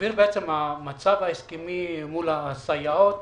המצב ההסכמי מול הסייעות